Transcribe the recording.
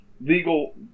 legal